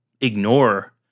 ignore